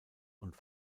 und